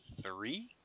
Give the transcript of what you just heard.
Three